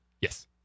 Yes